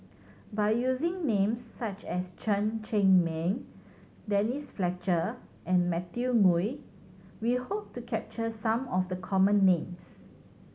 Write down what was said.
by using names such as Chen Cheng Mei Denise Fletcher and Matthew Ngui we hope to capture some of the common names